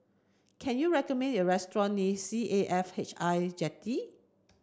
can you recommend a restaurant near C A F H I Jetty